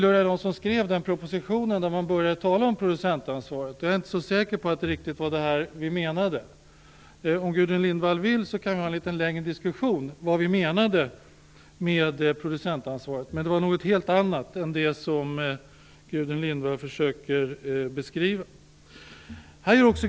Nu hör jag till dem som skrev den proposition där man började tala om producentansvaret, och jag är inte så säker på att det riktigt var detta som vi menade. Om Gudrun Lindvall vill kan vi ha en litet längre diskussion om vad vi menade med producentansvaret. Det var någonting helt annat än det Gudrun Lindvall försöker beskriva.